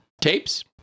Tapes